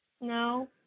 No